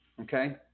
Okay